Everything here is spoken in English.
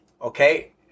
Okay